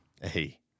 hey